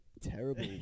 terrible